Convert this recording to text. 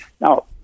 Now